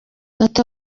ati